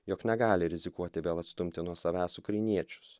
jog negali rizikuoti vėl atstumti nuo savęs ukrainiečius